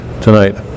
tonight